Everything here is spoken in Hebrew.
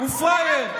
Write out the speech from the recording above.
הוא פראייר.